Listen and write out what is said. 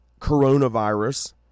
coronavirus